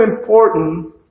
important